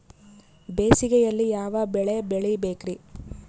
ಬೇಸಿಗೆಯಲ್ಲಿ ಯಾವ ಬೆಳೆ ಬೆಳಿಬೇಕ್ರಿ?